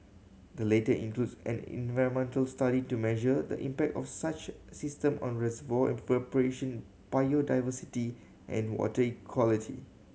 the latter includes an environmental study to measure the impact of such system on reservoir evaporation biodiversity and water quality